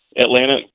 Atlanta